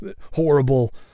horrible